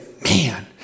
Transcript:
man